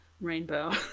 rainbow